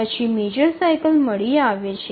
પછી major cycle મળી આવે છે